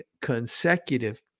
consecutive